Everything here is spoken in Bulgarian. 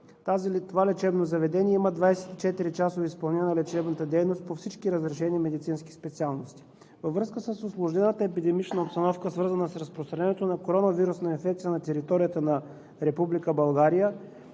това лечебно заведение има 24-часово изпълнение на лечебната дейност по всички разрешени медицински специалности. Във връзка с усложнената епидемична обстановка, свързана с разпространението на коронавирусна инфекция на територията на